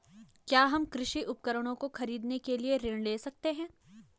क्या हम कृषि उपकरणों को खरीदने के लिए ऋण ले सकते हैं?